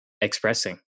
expressing